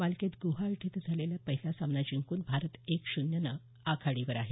मालिकेत गुवाहाटी इथं झालेला पहिला सामना जिंकून भारत एक शून्यनं आघाडीवर आहे